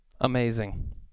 Amazing